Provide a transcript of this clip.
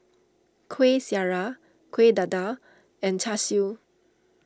Kuih Syara Kuih Dadar and Char Siu